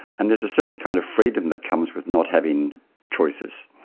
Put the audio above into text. and there's a certain kind of freedom that comes with not having choices.